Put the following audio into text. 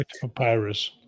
papyrus